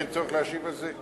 אין צורך להשיב על זה?